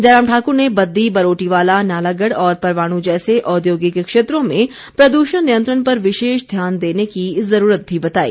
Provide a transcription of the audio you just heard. जयराम ठाकुर ने बद्दी बरोटीवाला नालागढ़ और परवाणू जैसे औद्योगिक क्षेत्रों में प्रदूषण नियंत्रण पर विशेष ध्यान देने की जरूरत भी बताई